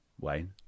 Wayne